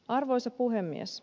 arvoisa puhemies